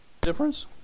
Difference